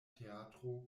teatro